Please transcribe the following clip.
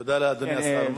תודה לאדוני השר.